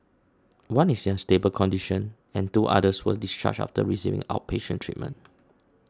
one is in a stable condition and two others were discharged after receiving outpatient treatment